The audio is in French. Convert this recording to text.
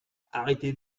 arrêtez